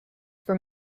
for